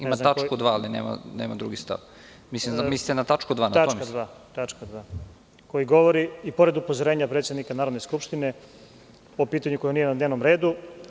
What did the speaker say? Ima tačku 2. ali nema 2. stav.) Mislim na tačku 2. -… koji i pored upozorenja predsednika Narodne skupštine o pitanju koje nije na dnevnom redu.